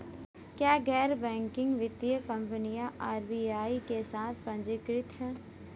क्या गैर बैंकिंग वित्तीय कंपनियां आर.बी.आई के साथ पंजीकृत हैं?